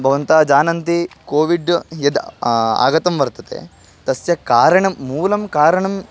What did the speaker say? भवन्तः जानन्ति कोविड् यद् आगतं वर्तते तस्य कारणं मूलं कारणं